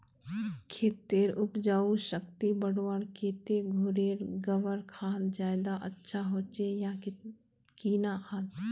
खेतेर उपजाऊ शक्ति बढ़वार केते घोरेर गबर खाद ज्यादा अच्छा होचे या किना खाद?